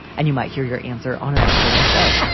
and you might hear your answer on an episode of the show.